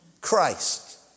Christ